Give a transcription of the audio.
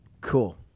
Cool